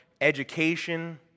education